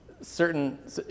certain